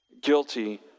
guilty